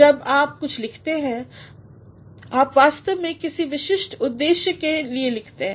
जब आप कुछ लिखते हैं आप वास्तव में किसी विशिष्ट उद्देश्य के लिए लिखते हैं